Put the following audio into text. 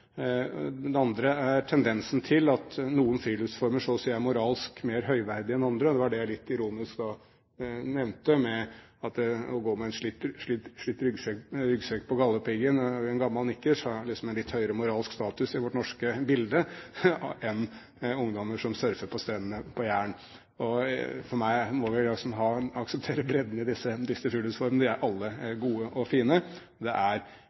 Det andre er tendensen til at noen friluftsformer så å si er moralsk mer høyverdige enn andre. Det var det jeg litt ironisk nevnte, at det å gå med en slitt ryggsekk og i en gammel nikkers på Galdhøpiggen liksom har en litt høyere moralsk status i det norske bildet enn den statusen som ungdommer som surfer på strendene på Jæren, har. Jeg synes vi må akseptere bredden i disse friluftsformene; de er alle gode og fine. Det er